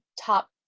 top